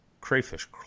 crayfish